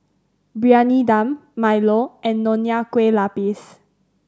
Briyani Dum milo and Nonya Kueh Lapis